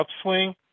upswing